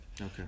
Okay